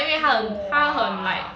!wah!